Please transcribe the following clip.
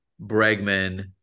Bregman